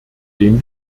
den